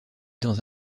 dans